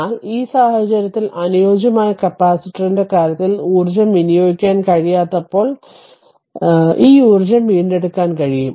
എന്നാൽ ഈ സാഹചര്യത്തിൽ അനുയോജ്യമായ കപ്പാസിറ്ററിന്റെ കാര്യത്തിൽ ഊർജ്ജം വിനിയോഗിക്കാൻ കഴിയാത്തപ്പോൾ ഈ ഊർജ്ജം വീണ്ടെടുക്കാൻ കഴിയും